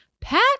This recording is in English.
Pat